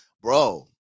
bro